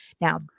Now